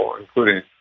including